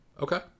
Okay